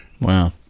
wow